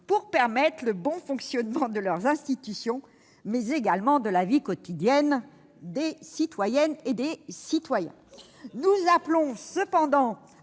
pour permettre le bon fonctionnement de leurs institutions, mais aussi de la vie quotidienne des citoyens. Comme vous avez raison ! Nous appelons cependant